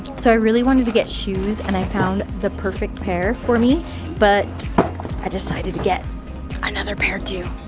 so i really wanted to get shoes and i found the perfect pair for me but i decided to get another pair too,